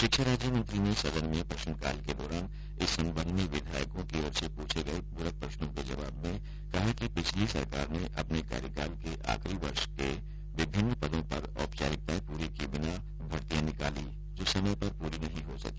शिक्षा राज्य मंत्री ने सदन में प्रश्नकाल के दौरान इस संबंध में विधायकों की ओर से पूछे गए पूरक प्रश्नों के जवाब में कहा कि पिछली सरकार ने अपने कार्यकाल के आखिरी वर्ष में विभिन्न पदों पर औपचारिकताएं पूरी किए बिना भर्तियां निकाली जो समय पर पूरी नहीं हो सकी